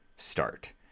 start